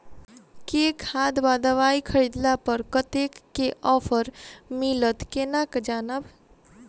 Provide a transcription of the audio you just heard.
केँ खाद वा दवाई खरीदला पर कतेक केँ ऑफर मिलत केना जानब?